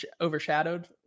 overshadowed